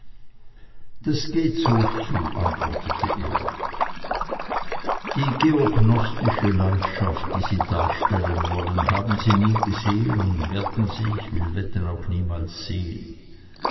das geht so zu antwortete er die geognostische landschaft die sie darstellen wollen haben sie nie gesehen und werden sie ich will wetten auch niemals sehen